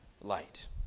light